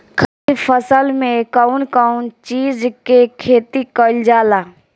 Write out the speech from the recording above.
खरीफ फसल मे कउन कउन चीज के खेती कईल जाला?